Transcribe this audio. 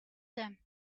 them